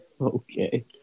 Okay